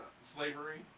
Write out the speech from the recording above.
Slavery